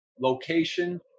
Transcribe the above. location